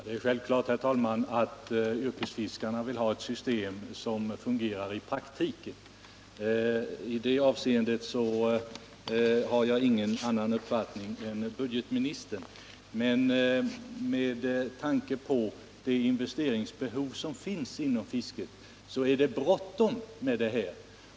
Herr talman! Det är självklart att yrkesfiskarna vill ha ett system som fungerar i praktiken. I det avseendet har jag ingen annan uppfattning än budgetministern. Men med tanke på det investeringsbehov som finns inom fisket är det bråttom med ett förslag.